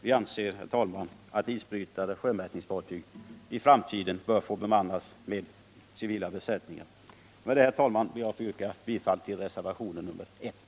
Vi anser, herr talman, att isbrytare och sjömätningsfartyg i framtiden bör bemannas med civila besättningar. Med det anförda ber jag, herr talman, att få yrka bifall också till reservationen 1.